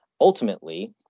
ultimately